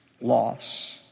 loss